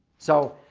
so,